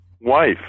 wife